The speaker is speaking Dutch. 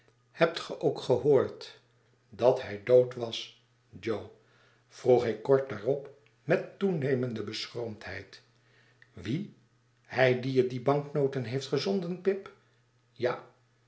hebt ge ook gehoord dat hij dood was jo vroeg ik kort daarop met toenemende beschroomdheid wie hij die je die banknoten heeft gezonden pip ja